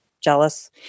jealous